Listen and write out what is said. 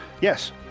Yes